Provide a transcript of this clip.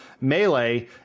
Melee